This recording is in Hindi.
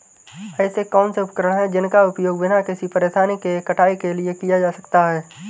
ऐसे कौनसे उपकरण हैं जिनका उपयोग बिना किसी परेशानी के कटाई के लिए किया जा सकता है?